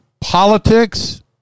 politics